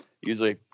usually